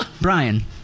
Brian